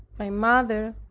my mother,